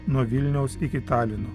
nuo vilniaus iki talino